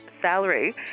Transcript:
Salary